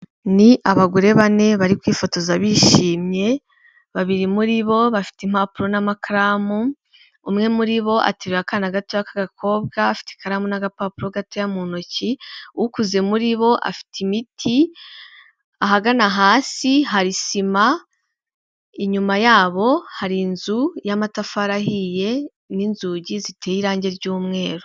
Ni abagore bane bari kwifotoza bishimye, babiri muri bo bafite impapuro n'amakaramu, umwe muri bo ateruye akana gato k'agakobwa afite ikaramu n'agapapuro gatoya mu ntoki, ukuze muri bo afite imiti, ahagana hasi hari sima, inyuma yabo hari inzu y'amatafari ahiye n'inzugi ziteye irangi ry'umweru.